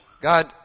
God